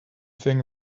think